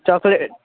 chocolate